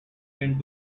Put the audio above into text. end